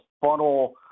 funnel